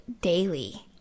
daily